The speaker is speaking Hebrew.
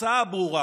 התוצאה הברורה